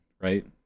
Right